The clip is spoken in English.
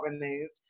removed